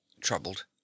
Troubled